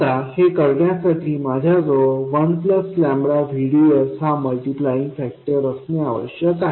आता हे करण्यासाठी माझ्याजवळ 1 VDS हा मल्टिप्लाईग फॅक्टर असणे आवश्यक आहे